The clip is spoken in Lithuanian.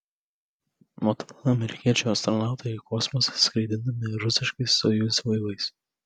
nuo tada amerikiečių astronautai į kosmosą skraidinami rusiškais sojuz laivais